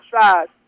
side